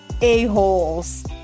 a-holes